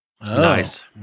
Nice